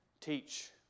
teach